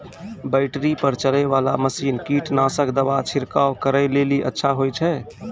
Battery पर चलै वाला मसीन कीटनासक दवा छिड़काव करै लेली अच्छा होय छै?